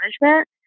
management